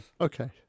Okay